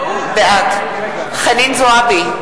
בעד חנין זועבי,